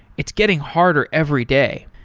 it's getting harder every day.